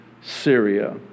Syria